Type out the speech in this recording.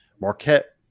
marquette